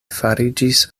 fariĝis